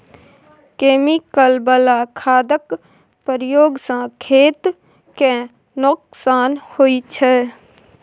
chemical बला खादक प्रयोग सँ खेत केँ नोकसान होइ छै